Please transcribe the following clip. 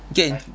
get in